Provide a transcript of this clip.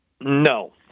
No